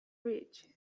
rich